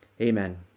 amen